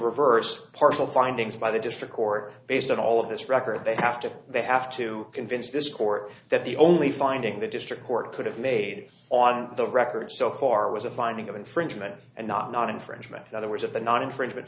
reverse partial findings by the district court based on all of this record they have to they have to convince this court that the only finding the district court could have made on the record so far was a finding of infringement and not infringement in other words of the non infringement